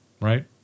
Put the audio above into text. right